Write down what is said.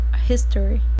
history